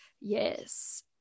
yes